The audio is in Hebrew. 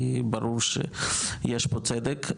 כי ברור יש פה צדק.